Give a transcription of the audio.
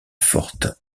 forte